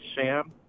Sam